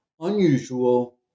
unusual